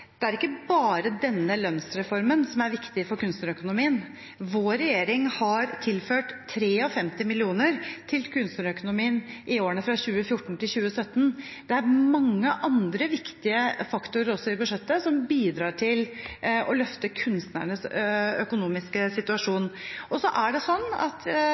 det er ikke bare denne lønnsreformen som er viktig for kunstnerøkonomien. Vår regjering har tilført 53 mill. kr til kunstnerøkonomien i årene fra 2014 til 2017. Det er også mange andre viktige faktorer i budsjettet som bidrar til å løfte kunstnernes økonomiske situasjon. Og